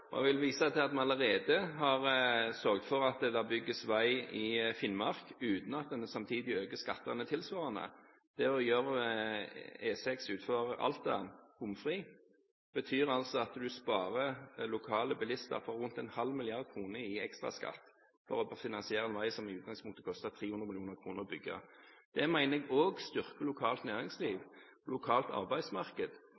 Jeg vil vise til at vi allerede har sørget for at det bygges vei i Finnmark, uten at en samtidig øker skattene tilsvarende. Det å gjøre E6 utenfor Alta bomfri betyr at man sparer lokale bilister for rundt en halv milliard kroner i ekstra skatt for å finansiere en vei som i utgangspunktet koster 300 mill. kr å bygge. Det mener jeg også styrker lokalt